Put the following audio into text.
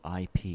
IP